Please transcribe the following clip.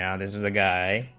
and is is a guide